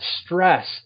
stress